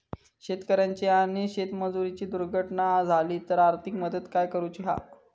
शेतकऱ्याची आणि शेतमजुराची दुर्घटना झाली तर आर्थिक मदत काय करूची हा?